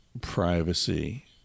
privacy